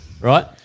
Right